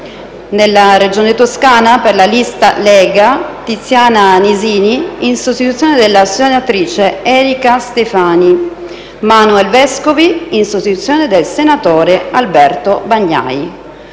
nella Regione Toscana: per la lista «Lega», Tiziana Nisini, in sostituzione della senatrice Erika Stefani; Manuel Vescovi, in sostituzione del senatore Alberto Bagnai;